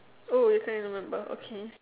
oh you can't remember okay